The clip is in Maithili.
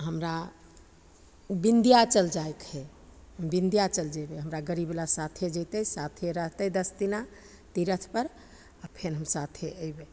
हमरा विन्ध्याचल जाइके हइ विन्ध्याचल जएबै हमरा गाड़ीवला साथे जएतै साथे रहतै दस दिना तीरथपर आओर फेर हम साथे अएबै